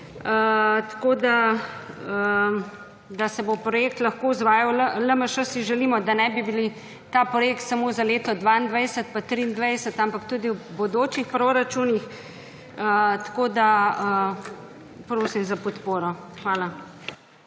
da se bo projekt lahko izvajal. V LMŠ si želimo, da ne bi bil ta projekt samo za leti 2022 in 2023, ampak tudi v bodočih proračunih. Prosim za podporo. Hvala.